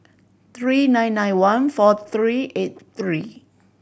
three nine nine one four three eight three